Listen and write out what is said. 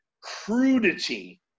crudity